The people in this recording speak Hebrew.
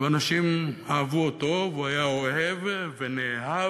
ואנשים אהבו אותו, והוא היה אוהב ונאהב